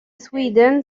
sweden